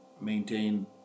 maintain